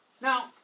now